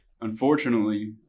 Unfortunately